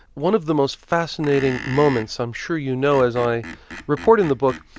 one of the most fascinating moments i'm sure you know, as i report in the book,